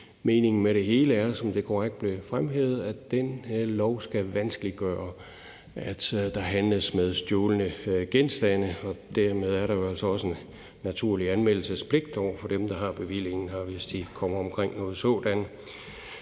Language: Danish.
blev fremhævet, at denne lov skal vanskeliggøre, at der handles med stjålne genstande, og dermed er der jo altså også en naturlig anmeldelsespligt over for dem, der har bevillingen her, hvis de kommer omkring noget sådant.